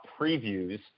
previews